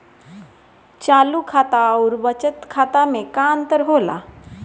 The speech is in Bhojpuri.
चालू खाता अउर बचत खाता मे का अंतर होला?